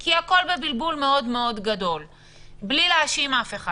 כי הכול בבלבול גדול מאוד, בלי להאשים אף אחד.